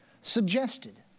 suggested